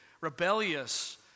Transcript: rebellious